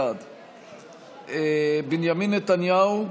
בעד בנימין נתניהו,